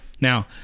Now